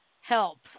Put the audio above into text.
Help